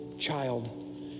child